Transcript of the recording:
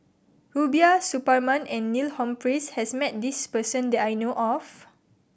Rubiah Suparman and Neil Humphreys has met this person that I know of